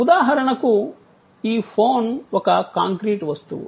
ఉదాహరణకు ఈ ఫోన్ ఒక కాంక్రీట్ వస్తువు